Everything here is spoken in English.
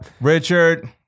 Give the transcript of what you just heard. Richard